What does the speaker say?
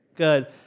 good